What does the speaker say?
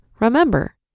remember